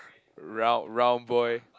round round boy